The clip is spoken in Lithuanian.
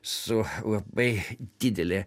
su labai didele